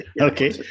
Okay